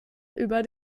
über